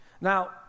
Now